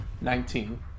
Nineteen